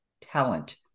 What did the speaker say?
talent